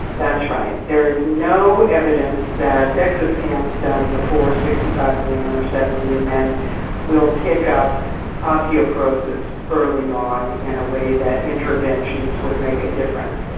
that's right, there is no evidence that dexa scans done before sixty five in women or seventy in men will pick up osteoporosis early on in a way that interventions would make a difference.